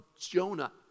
Jonah